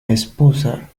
esposa